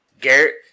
Garrett